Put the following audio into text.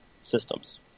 systems